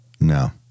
No